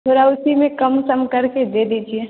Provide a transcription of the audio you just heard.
थोड़ा उसी में कम सम कर के दे दीजिए